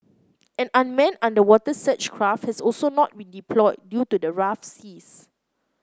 an unmanned underwater search craft has also not been deployed due to the rough seas